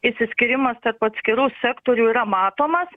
išsiskyrimas tarp atskirų sektorių yra matomas